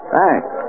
Thanks